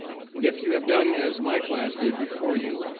and if you have done as my class did before you,